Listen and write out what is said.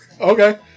Okay